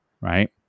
right